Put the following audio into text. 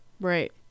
right